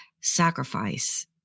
sacrifice